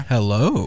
Hello